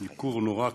ניכור נורא כזה,